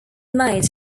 made